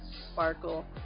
sparkle